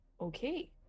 Okay